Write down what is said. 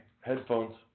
headphones